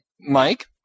Mike